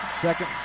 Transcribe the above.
Second